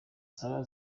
saba